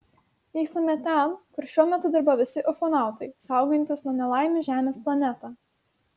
vykstame ten kur šiuo metu dirba visi ufonautai saugojantys nuo nelaimių žemės planetą